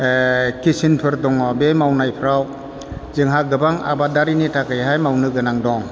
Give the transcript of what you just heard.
टिसिंफोर दङ बे मावनायफ्राव जोंहा गोबां आबादारिनि थाखायहाय मावनो गोनां दं